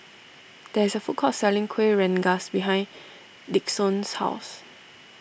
there is a food court selling Kueh Rengas behind Dixon's house